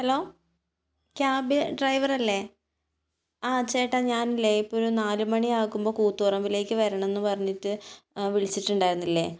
hello cab driver അല്ലേ ആ ചേട്ടാ ഞാൻ ഇല്ലേ ഇപ്പോൾ ഒരു നാല് മണിയാകുമ്പോൾ കൂത്ത് പറമ്പിലേക്ക് വരണം എന്ന് പറഞ്ഞിട്ട് വിളിച്ചിട്ടുണ്ടായിരുന്നില്ലേ